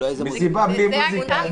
מהמפורטים להלן זה כל מקום שבו מתקיימת מסיבה,